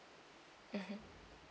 mmhmm